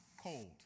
cold